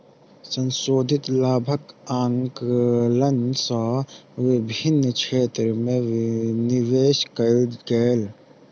संशोधित लाभक आंकलन सँ विभिन्न क्षेत्र में निवेश कयल गेल